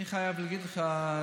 אני חייב להגיד לך,